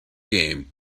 game